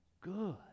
good